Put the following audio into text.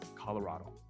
Colorado